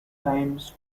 times